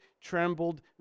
trembled